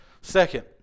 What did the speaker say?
Second